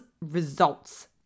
results